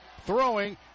throwing